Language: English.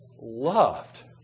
loved